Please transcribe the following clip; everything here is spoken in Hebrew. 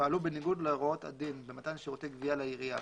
פעלו בניגוד להוראות הדין במתן שירותי גבייה לעירייה